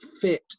fit